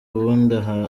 ubundi